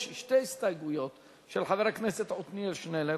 יש שתי הסתייגויות של חבר הכנסת עתניאל שנלר,